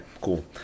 cool